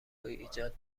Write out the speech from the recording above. ایجاد